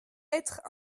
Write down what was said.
être